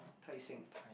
Tai-seng